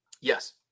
Yes